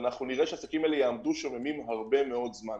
ואנחנו נראה שהעסקים האלה יעמדו שוממים הרבה מאוד זמן.